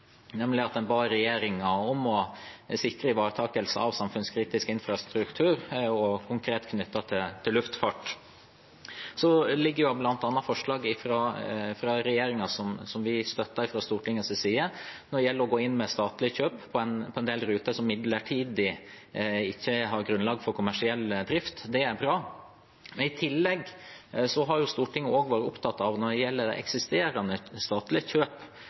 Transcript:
nemlig at en ba regjeringen om å sikre ivaretakelse av samfunnskritisk infrastruktur, og konkret knyttet til luftfart. Det foreligger bl.a. forslag fra regjeringen, som vi støtter fra Stortingets side, når det gjelder å gå inn med statlig kjøp på en del ruter som midlertidig ikke har grunnlag for kommersiell drift. Det er bra. Når det gjelder eksisterende statlig kjøp